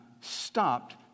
stopped